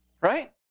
Right